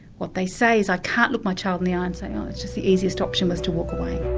what they say is, i can't look my child in the eye and say, oh, it was just the easiest option, was to walk away.